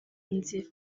nzira